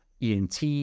ENT